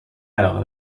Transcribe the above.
علاقه